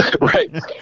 right